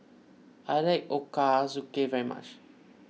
I like Ochazuke very much